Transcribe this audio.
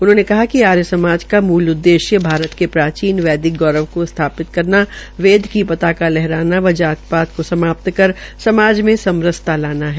उन्होंने कहा कि समजा का मूल उददेश्य भारत के प्राचीन गौरव का स्थापित करना वेद की पताका लहराना व जाति पाति को समाप्त कर समाज में समरसता लाना है